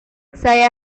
saya